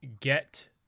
get